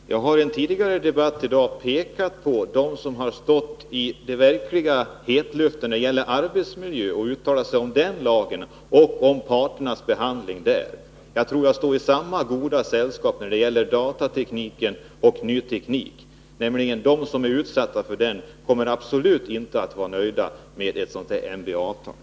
Herr talman! Jag har i en tidigare debatt i dag pekat på dem som står i den verkliga hetluften när det gäller arbetsmiljön. Det är de som skall uttala sig om lagen och om parternas handläggning. Själv är jag i gott sällskap när det gäller datateknik och annan ny teknik. De som är utsatta för den kommer absolut inte att vara nöjda med ett sådant medbestämmandeavtal.